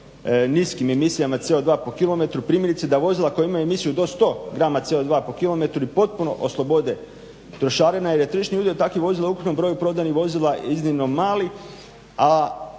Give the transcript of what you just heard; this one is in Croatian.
niskim emisijama CO2 po km, primjerice da vozila koja imaju emisiju do 100 g CO2 po km i potpuno oslobode trošarina jer je tržišni udio takvih vozila u ukupnom broju prodanih vozila iznimno mali,